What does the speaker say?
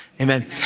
amen